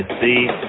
see